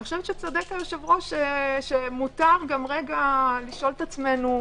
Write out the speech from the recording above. אני חושבת שצודק היושב-ראש שמותר לשאול את עצמנו,